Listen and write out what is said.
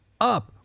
up